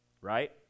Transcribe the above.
right